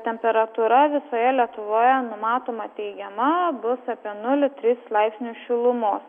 temperatūra visoje lietuvoje numatoma teigiama bus apie nulį tris laipsnius šilumos